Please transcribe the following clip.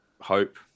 hope